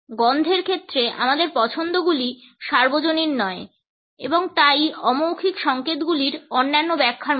গন্ধের ক্ষেত্রে আমাদের পছন্দগুলি সার্বজনীন নয় এবং তাই অ মৌখিক সংকেতগুলির অন্যান্য ব্যাখ্যার মতো